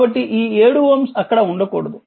కాబట్టి ఈ 7 Ω అక్కడ ఉండకూడదు